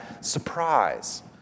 surprise